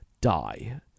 die